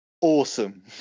awesome